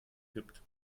gibt